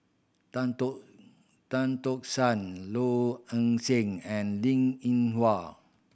Tan Tock Tan Tock San Low Ing Sing and Linn In Hua